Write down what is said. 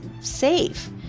safe